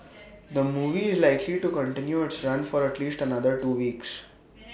the movie is likely to continue its run for at least another two weeks